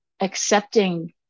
accepting